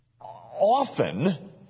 often